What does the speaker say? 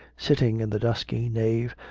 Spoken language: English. sitting in the dusky nave,